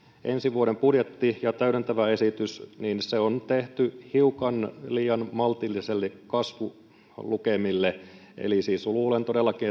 ensi vuoden budjetti ja täydentävä esitys on tehty hiukan liian maltillisille kasvulukemille eli siis luulen todellakin